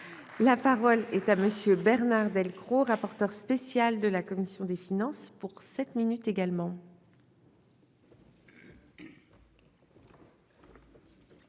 la parole est à monsieur Bernard Delcros, rapporteur spécial de la commission des finances pour sept minutes également.